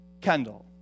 Kendall